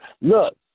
Look